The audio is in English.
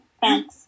Thanks